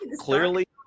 Clearly